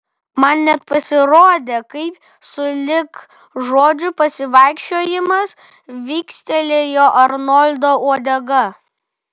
man net pasirodė kaip sulig žodžiu pasivaikščiojimas vikstelėjo arnoldo uodega